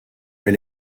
elle